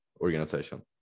organization